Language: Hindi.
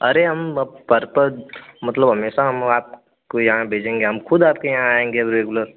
अरे हम अब पर पर मतलब हमेशा हम आपको यहाँ भेजेंगे हम ख़ुद आपके यहाँ आएँगे रेगुलर